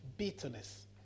bitterness